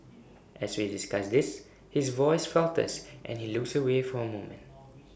as we discuss this his voice falters and he looks away for A moment